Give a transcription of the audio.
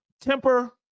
temper